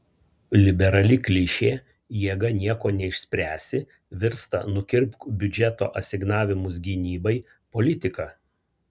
liberali klišė jėga nieko neišspręsi virsta nukirpk biudžeto asignavimus gynybai politika